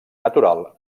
natural